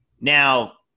Now